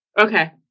Okay